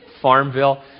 Farmville